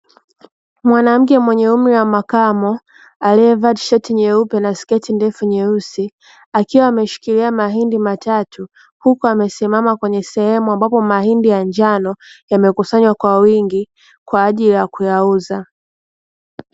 Mwanamke mwenye umri wa makamo aliyeva tisheti nyeupe na siketi ndefu nyeusi, akiwa ameshikilia mahindi matatu huku amesimama kwenye sehemu ambapo mahindi ya njano yamekusanywa kwa wingi kwa ajili ya kuyauza.